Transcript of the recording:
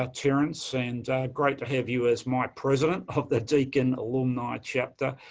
ah terrence. and great to have you as my president of the deakin alumni chapter.